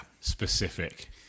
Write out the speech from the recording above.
Specific